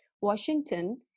Washington